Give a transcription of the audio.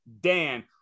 Dan